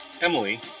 Emily